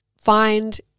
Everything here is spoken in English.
find